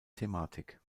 thematik